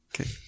Okay